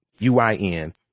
UIN